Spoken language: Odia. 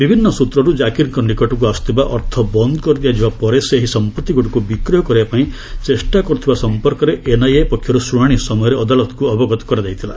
ବିଭିନ୍ନ ସ୍ୱତ୍ରରୁ ଜାକିରଙ୍କ ନିକଟକୁ ଆସୁଥିବା ଅର୍ଥ ବନ୍ଦ କରିଦିଆଯିବା ପରେ ସେ ଏହି ସମ୍ପତ୍ତିଗୁଡ଼ିକୁ ବିକ୍ରୟ କରିବା ପାଇଁ ଚେଷ୍ଟା କର୍ତ୍ଥବା ସଂପର୍କରେ ଏନ୍ଆଇଏ ପକ୍ଷର ଶ୍ରଣାଣି ସମୟରେ ଅଦାଲତଙ୍କ ଅବଗତ କରାଯାଇଥିଲା